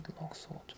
longsword